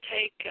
take